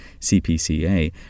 CPCA